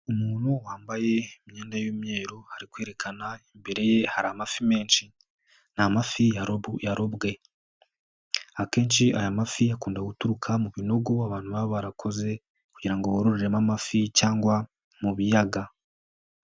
Umuntu wambaye imyenda y'imyeru ari kwerekana imbere ye hari amafi menshi. Ni amafi yarobo yarobwe. Akenshi aya mafi akunda guturuka mu binogo abantu baba barakoze, kugira ngo bororeremo amafi, cyangwa mu biyaga.